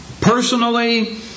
personally